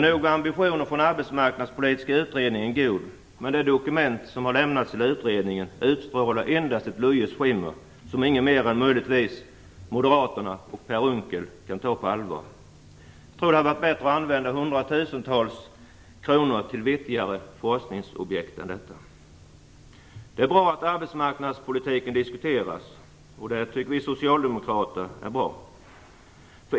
Nog är ambitionen från den arbetsmarknadspolitiska utredningen god, men det dokument som har lämnats till utredningen utstrålar endast ett löjets skimmer som ingen mer än möjligen moderaterna och Per Unckel kan ta på allvar. Jag tror att det hade varit bättre att använda 100 000-tals kronor till vettigare forskningsobjekt än detta. Det är bra att arbetsmarknadspolitiken diskuteras. Det tycker vi socialdemokrater är bra.